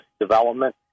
development